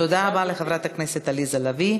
תודה רבה לחברת הכנסת עליזה לביא.